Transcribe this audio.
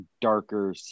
darker